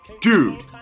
dude